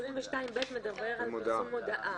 22(ב) מדבר על פרסום מודעה.